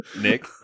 Nick